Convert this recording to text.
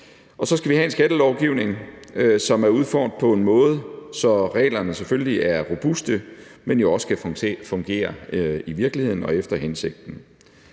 det andet have en skattelovgivning, som er udformet på en måde, så reglerne selvfølgelig er robuste, men også skal fungere i virkeligheden og efter hensigten.